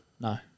No